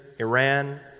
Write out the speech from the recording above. Iran